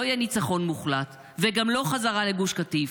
לא יהיה ניצחון מוחלט וגם לא חזרה לגוש קטיף.